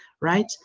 right